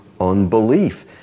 unbelief